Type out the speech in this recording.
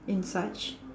in such